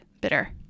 bitter